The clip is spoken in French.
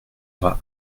sera